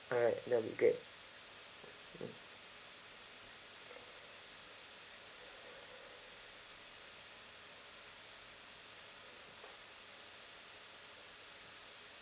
alright that would be great